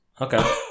Okay